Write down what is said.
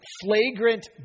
flagrant